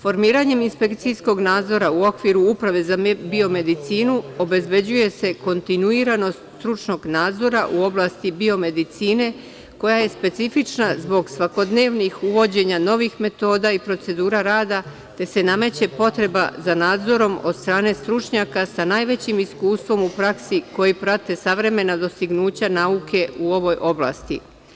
Formiranjem inspekcijskog nadzora u okviru Uprave za biomedicinu, obezbeđuje se kontinuiranost stručnog nadzora u oblasti biomedicine, koja je specifična zbog svakodnevnih uvođenja novih metoda i procedura rada, te se nameće potreba da nadzorom od strane stručnjaka sa najvećim iskustvom u praksi koju prate savremena dostignuća nauke u ovoj oblasti.